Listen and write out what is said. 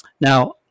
Now